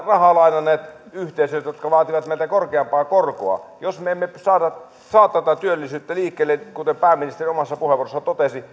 rahaa lainanneet yhteisöt jotka vaativat meiltä korkeampaa korkoa jos me emme saa tätä työllisyyttä ja investointeja liikkeelle kuten pääministeri omassa puheenvuorossaan totesi